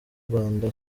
rwanda